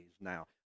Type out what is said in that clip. now